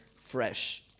fresh